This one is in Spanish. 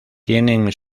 tienen